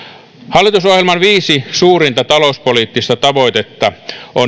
hallitusohjelman viisi suurinta talouspoliittista tavoitetta